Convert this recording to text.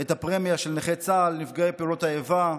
את הפרמיה של נכי צה"ל ונפגעי פעולות האיבה.